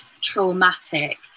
traumatic